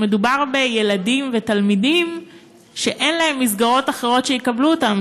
שמדובר בילדים ותלמידים שאין להם מסגרות אחרות שיקבלו אותם,